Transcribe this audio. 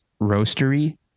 roastery